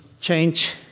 change